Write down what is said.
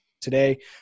today